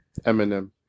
eminem